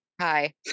Hi